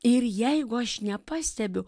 ir jeigu aš nepastebiu